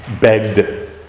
begged